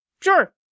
Sure